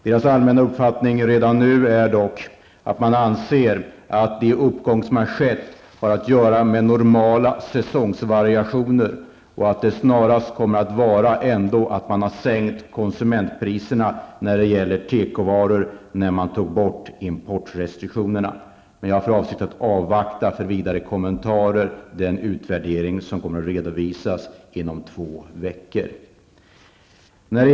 Verkets allmänna uppfattning redan nu är dock att den uppgång som har skett har att göra med normala säsongsvariationer, och att beskedet snarast kommer att vara att konsumentpriserna på tekovaror har sänkts efter det att man tog bort importrestriktionerna. Men jag har för avsikt att avvakta, för vidare kommentarer, den utvärdering som kommer att redovisas inom två veckor.